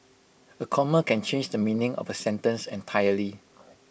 A comma can change the meaning of A sentence entirely